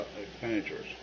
expenditures